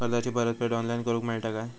कर्जाची परत फेड ऑनलाइन करूक मेलता काय?